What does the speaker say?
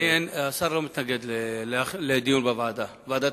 השר לא מתנגד לדיון בוועדת הפנים.